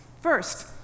First